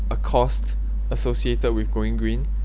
a cost associated with going green